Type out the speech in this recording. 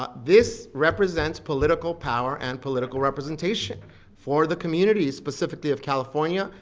ah this represents political power and political representation for the communities specifically of california,